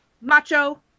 macho